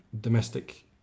domestic